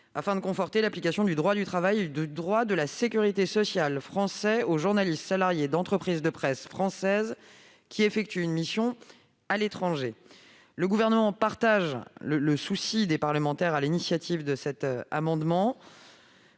est de conforter l'application du droit du travail et du droit de la sécurité sociale français aux journalistes salariés d'entreprises de presse françaises qui effectuent une mission à l'étranger. Comme les signataires de cet amendement,